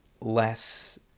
less